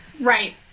Right